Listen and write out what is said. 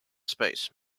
space